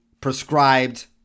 prescribed